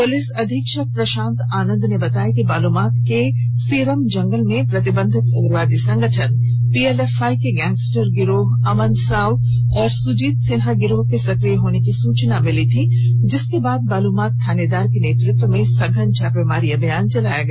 police अधीक्षक प्रशांत आनंद ने बताया कि बालूमाथ के सीरम जंगल में प्रतिबंधित उग्रवादी संगठन पीएलएफआई व गैन्गस्टर गिरोह अमन साव और सुजीत सिन्हा गिरोह के सक्रिय होने की सूचना प्राप्त हुई थी जिसके बाद बालूमाथ थानेदार के नेतृत्व में संघन छापेमारी अभियान चलाया गया